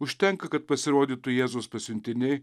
užtenka kad pasirodytų jėzaus pasiuntiniai